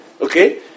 Okay